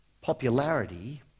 Popularity